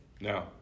No